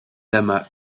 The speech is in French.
lama